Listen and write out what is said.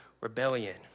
rebellion